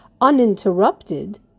uninterrupted